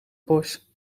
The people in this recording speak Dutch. bos